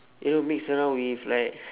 you know mix around with like